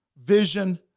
vision